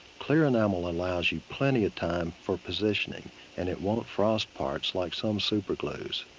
clear enamel allows you plenty of time for positioning and it won't frost parts like some super glues.